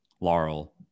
Laurel